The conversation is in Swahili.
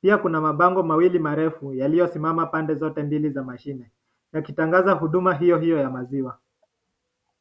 Pia kuna mabango mawili marefu yaliyosimama pande zote mbili za mashine, yakitangaza huduma hiohio ya maziwa.